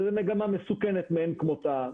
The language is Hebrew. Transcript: זה מגמה מסוכנת מאין כמותה.